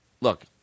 Look